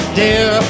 dear